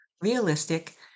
realistic